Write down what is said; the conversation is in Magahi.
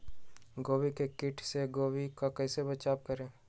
गोभी के किट से गोभी का कैसे बचाव करें?